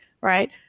right